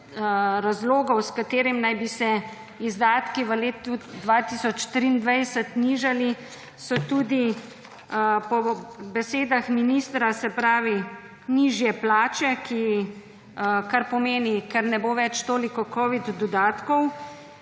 razlogov, s katerim naj bi se izdatki v letu 2023 nižali, so tudi po besedah ministra, se pravi nižje plače, kar pomeni, ker ne bo več toliko covid dodatkov.